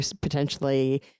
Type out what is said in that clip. potentially